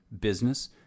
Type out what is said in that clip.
business